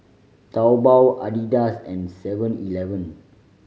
Taobao Adidas and Seven Eleven